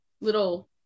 little